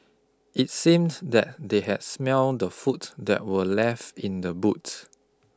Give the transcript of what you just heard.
it seems that they had smelt the food that were left in the boot